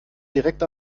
direkt